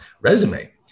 resume